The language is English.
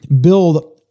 build